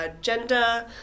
gender